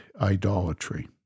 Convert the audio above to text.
idolatry